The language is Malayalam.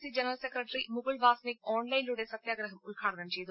C general secretary Mukul Wasnik ഓൺലൈനിലൂടെ സത്യഗ്രഹം ഉദ്ഘാടനം ചെയ്തു